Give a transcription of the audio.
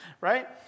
Right